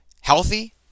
healthy